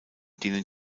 denen